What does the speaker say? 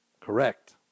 correct